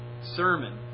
sermon